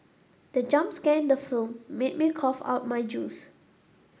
the jump scare in the film made me cough out my juice